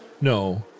no